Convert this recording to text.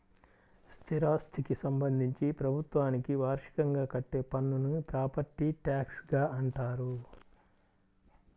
స్థిరాస్థికి సంబంధించి ప్రభుత్వానికి వార్షికంగా కట్టే పన్నును ప్రాపర్టీ ట్యాక్స్గా అంటారు